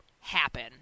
Happen